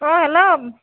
অঁ হেল্ল'